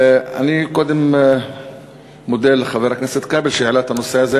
אני מודה לחבר הכנסת כבל שהעלה את הנושא הזה.